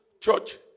church